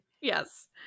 Yes